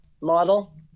model